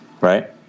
Right